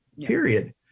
period